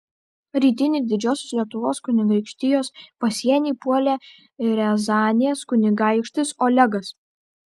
rytinį didžiosios lietuvos kunigaikštijos pasienį puolė riazanės kunigaikštis olegas